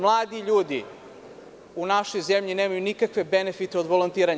Mladi ljudi u našoj zemlji nemaju nikakve benefite od volontiranja.